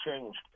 changed